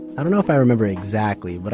i don't know if i remember exactly, but